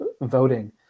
voting